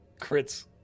Crits